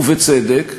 ובצדק,